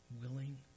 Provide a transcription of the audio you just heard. willing